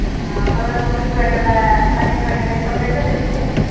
ओ सुरुजमुखी होइ गेलै कनैल होइ गेलै ई सब कैसे दै छियै